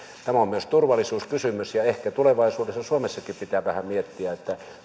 tämä on myös turvallisuuskysymys ja ehkä tulevaisuudessa suomessakin pitää vähän miettiä